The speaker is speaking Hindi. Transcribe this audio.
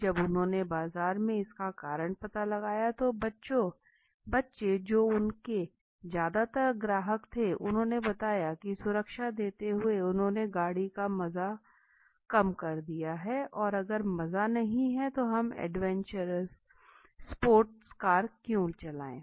जब उन्होंने बाजार में इसका कारण पता लगाया तो बच्चे जो उनके ज़्यादातर ग्राहक थे उन्होंने बताया की सुरक्षा देते हुए उन्होंने गाड़ी का मज़ा कम कर दिया है और अगर मज़ा नहीं है तो हम एडवेंचर स्पोर्ट्स कार क्यों चलाएं